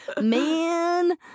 Man